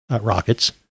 rockets